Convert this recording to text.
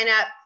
up